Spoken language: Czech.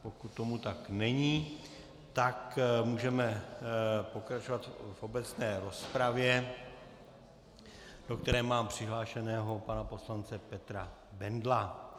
Pokud tomu tak není, můžeme pokračovat v obecné rozpravě, do které mám přihlášeného pana poslance Petra Bendla.